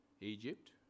Egypt